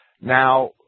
Now